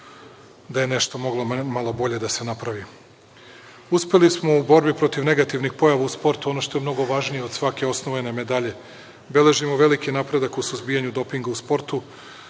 da je nešto moglo malo bolje da se napravi. Uspeli smo u borbi protiv negativnih pojava u sportu, ono što je mnogo važnije od svake osvojene medalje. Beležimo veliki napredak u suzbijanju dopinga u sportu,